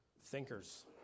thinkers